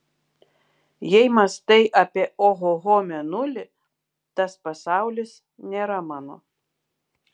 jei mąstai apie ohoho mėnulį tas pasaulis nėra mano